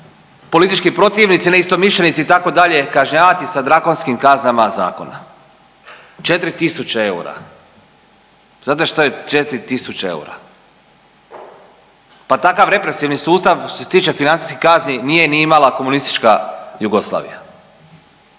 politički protivnici, neistomišljenici, itd., kažnjavati sa drakonskim kaznama zakona. 4 000 eura. Znate što je 4 000 eura? Pa takav represivni sustav, što se tiče financijskih kazni nije ni imala komunistička Jugoslavija.